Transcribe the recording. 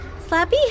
Slappy